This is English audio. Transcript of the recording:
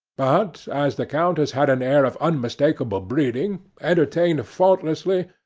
but as the countess had an air of unmistakable breeding, entertained faultlessly,